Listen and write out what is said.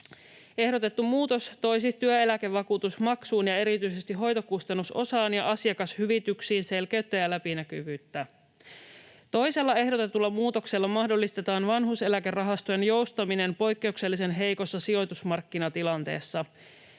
Ehdotettu muutos toisi työeläkevakuutusmaksuun ja erityisesti hoitokustannusosaan ja asiakashyvityksiin selkeyttä ja läpinäkyvyyttä. Toisella ehdotetulla muutoksella mahdollistetaan vanhuuseläkerahastojen joustaminen poikkeuksellisen heikossa sijoitusmarkkinatilanteessa.